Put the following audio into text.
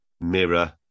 mirror